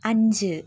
അഞ്ച്